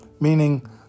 meaning